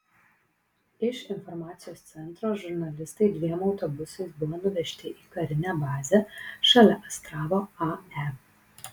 iš informacijos centro žurnalistai dviem autobusais buvo nuvežti į karinę bazę šalia astravo ae